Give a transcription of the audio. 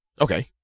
okay